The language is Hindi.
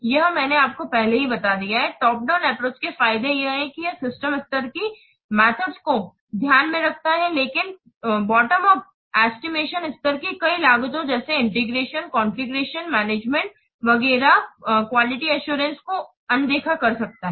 यह मैंने आपको पहले ही बताया है टॉप डाउन एप्रोच के फायदे यह है कि यह सिस्टम स्तर की गतिमेथड को ध्यान में रखता है लेकिन बॉटम उप एस्टिमेशन सिस्टम स्तर की कई लागतों जैसे इंटीग्रेशन कॉन्फ़िगरेशन मैनेजमेंटconfiguration management वगैरह क्वालिटी अस्सुरांस को उन्देखा कर सकता है